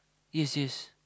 yes yes